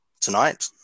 tonight